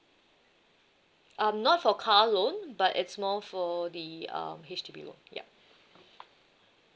um not for car loan but it's more for the uh H_D_B loan yup